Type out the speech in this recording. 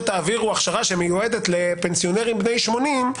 תעבירו הכשרה שמיועדת לפנסיונרים בני 80,